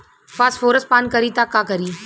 Phosphorus पान करी त का करी?